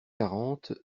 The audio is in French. quarante